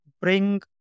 bring